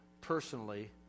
personally